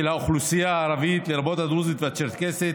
של האוכלוסייה הערבית, לרבות הדרוזית והצ'רקסית,